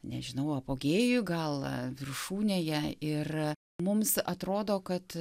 nežinau apogėjui gal viršūnėje ir mums atrodo kad